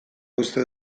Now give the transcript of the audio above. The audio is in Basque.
uste